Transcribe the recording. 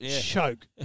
choke